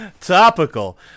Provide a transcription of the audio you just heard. Topical